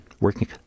working